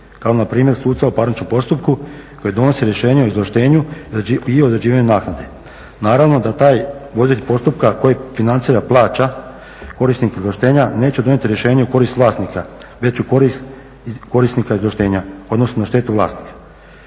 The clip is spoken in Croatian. kao npr. suca u parničkom postupku koji donosi rješenje o izvlaštenju i određivanju naknade. Naravno da taj voditelj postupka koji financira plaća korisnik izvlaštenja neće donijeti izvlaštenje u korist vlasnika, već u korist korisnika izvlaštenja, odnosno na štetu vlasnika.